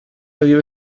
vive